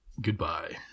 goodbye